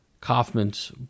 Kaufman's